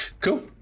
Cool